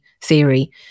theory